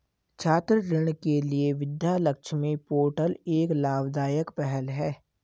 छात्र ऋण के लिए विद्या लक्ष्मी पोर्टल एक लाभदायक पहल है